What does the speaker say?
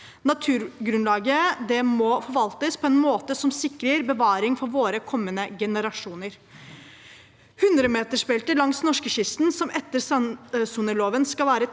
Naturgrunnlaget må forvaltes på en måte som sikrer bevaring for våre kommende generasjoner. Hundremetersbeltet langs norskekysten, som etter strandsoneloven skal være